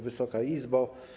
Wysoka Izbo!